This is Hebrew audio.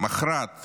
מכרעת